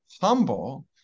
humble